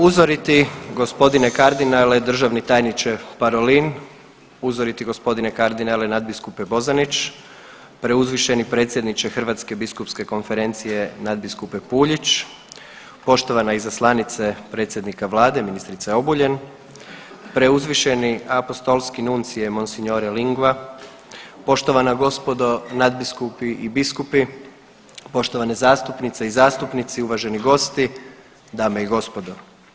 Uzoriti g. kardinale državni tajniče Parolin, uzoriti g. kardinale nadbiskupe Božanić, preuzvišeni predsjedniče Hrvatske biskupske konferencije nadbiskupe Puljić, poštovana izaslanice predsjednika vlade ministrice Obuljen, preuzvišeni apostolski nuncije mons. Lingua, poštovana gospodo nadbiskupi i biskupi, poštovane zastupnice i zastupnici, uvaženi gosti, dame i gospodo.